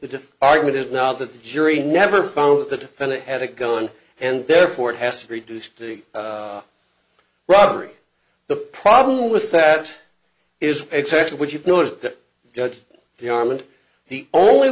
defense argument is now that the jury never found that the defendant had a gun and therefore it has reduced to a robbery the problem with that is exactly what you've noticed the judge the arm and the only